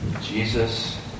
Jesus